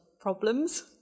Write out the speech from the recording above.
problems